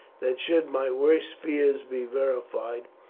that should my worst fears be verified,